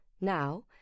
Now